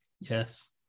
Yes